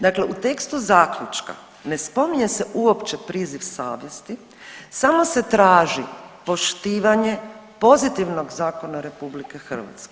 Dakle u tekstu Zaključka ne spominje se uopće priziv savjesti, samo se traži poštivanje pozivnog zakona RH.